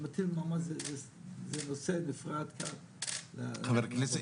זה נושא --- חבר כנסת,